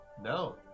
no